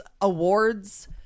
awards